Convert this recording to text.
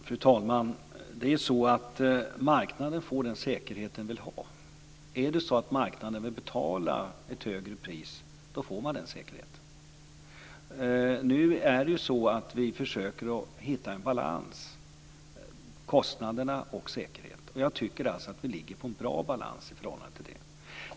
Fru talman! Marknaden får den säkerhet den vill ha. Är det så att marknaden vill betala ett högre pris får man den säkerheten. Nu försöker vi hitta en balans mellan kostnader och säkerhet och jag tycker att vi ligger på en bra balans vad gäller det förhållandet.